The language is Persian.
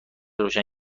روشن